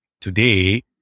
today